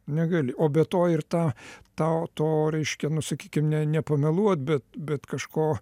negali o be to ir ta tau to reiškia nu sakykim ne ne pameluot bet bet kažko